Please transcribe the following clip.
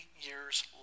years